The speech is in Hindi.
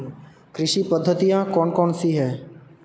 कृषि पद्धतियाँ कौन कौन सी हैं?